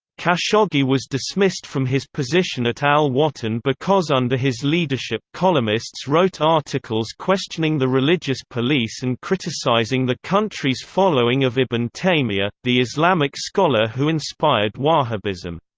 khashoggi was dismissed from his position at al watan because under his leadership columnists wrote articles questioning the religious police and criticizing the country's following of ibn taymiyyah, the islamic scholar who inspired wahhabism.